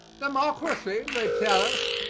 democracy, they tell us,